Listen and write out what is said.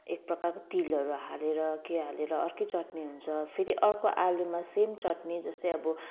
एक प्रकारको तिलहरू हालेर के हालेर अर्कै चटनी हुन्छ फेरि अर्को आलुमा सेम चटनी जस्तै अब